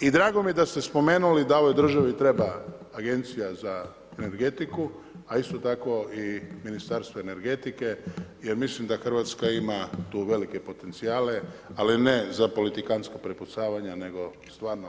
I drago mi je da ste spomenuli da u ovoj državi treba agencija za energetiku a isto tako i ministarstvo energetike jer mislim da Hrvatska ima tu velike potencijale ali ne za politikanska prepucavanja nego stvarno